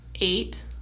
Eight